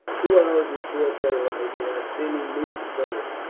two hours before daylight the iceni moved forward.